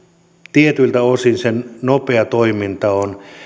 tietyiltä osin kirjepostin nopea toiminta on